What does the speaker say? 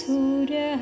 Surya